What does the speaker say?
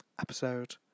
episode